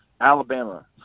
alabama